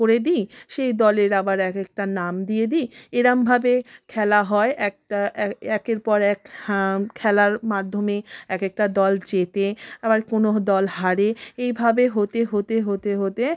করে দিই সেই দলের আবার এক একটা নাম দিয়ে দিই এরকমভাবে খেলা হয় একটা একের পর এক হ্যাঁ খেলার মাধ্যমে এক একটা দল জেতে আবার কোনো দল হারে এইভাবে হতে হতে হতে হতে